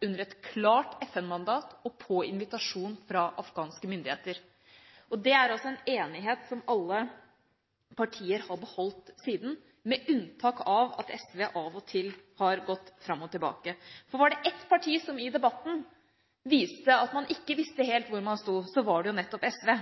under et klart FN-mandat og på invitasjon fra afghanske myndigheter. Det er altså en enighet som alle partier har beholdt siden, med unntak av at SV av og til har gått fram og tilbake. Var det ett parti som i debatten viste at man ikke visste helt hvor man sto, var det nettopp SV.